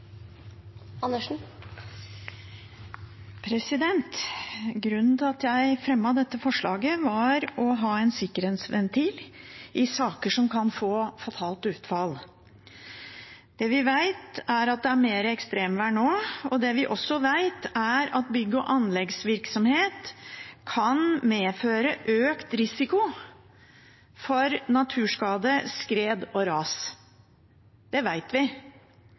Grunnen til at vi fremmet dette forslaget, var for å ha en sikkerhetsventil i saker som kan få fatalt utfall. Det vi vet, er at det er mer ekstremvær nå, og det vi også vet, er at bygg- og anleggsvirksomhet kan medføre økt risiko for naturskade, skred og ras. Det vet vi.